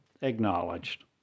acknowledged